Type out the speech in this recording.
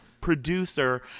producer